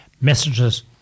messages